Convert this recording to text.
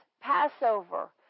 Passover